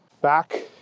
Back